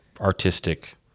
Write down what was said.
artistic